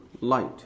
light